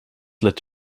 led